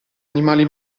animali